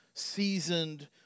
seasoned